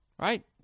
Right